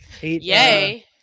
Yay